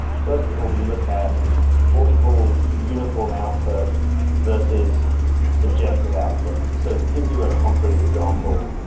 first of all, we look at what we call uniform output versus subjective output. so to give you a concrete example,